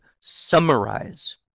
summarize